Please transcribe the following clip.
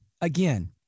again